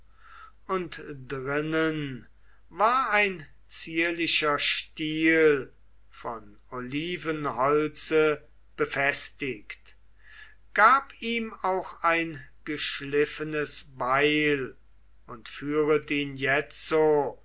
und drinnen war ein zierlicher stiel von olivenholze befestigt gab ihm auch ein geschliffenes beil und führet ihn jetzo